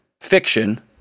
fiction